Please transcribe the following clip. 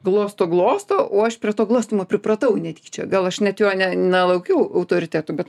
glosto glosto o aš prie to glostymo pripratau netyčia gal aš net jo ne nelaukiau autoritetu bet